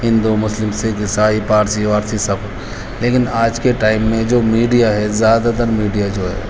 ہندو مسلم سکھ عیسائی پارسی وارسی سب لیکن آج کے ٹائم میں جو میڈیا ہے زیادہ تر میڈیا جو ہے